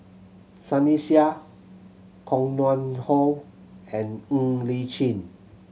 Sunny Sia Koh Nguang How and Ng Li Chin